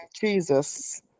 jesus